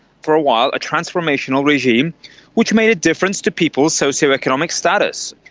for a while, a transformational regime which made a difference to people's socio-economic status.